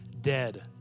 dead